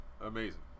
amazing